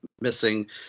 missing